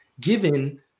given